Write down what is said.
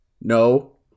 no